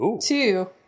Two